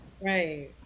Right